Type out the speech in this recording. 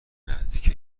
نزدیک